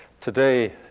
Today